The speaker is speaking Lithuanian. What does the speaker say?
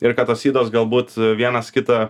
ir kad tos ydos galbūt vienas kitą